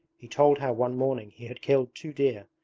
he told how one morning he had killed two deer,